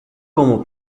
como